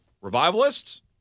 Revivalists